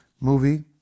movie